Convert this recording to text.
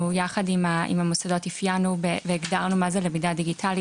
ביחד עם המוסדות אפיינו והגדרנו מה היא למידה דיגיטלית,